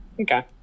Okay